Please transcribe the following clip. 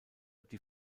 die